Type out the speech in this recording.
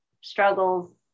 struggles